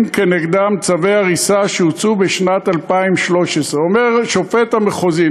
כנגדם צווי הריסה שהוצאו בשנת 2013". אומר שופט המחוזי,